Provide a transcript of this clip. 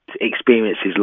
experiences